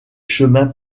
chemins